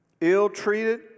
ill-treated